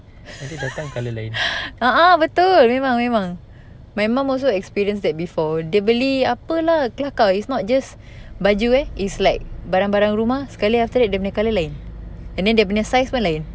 nanti datang colour lain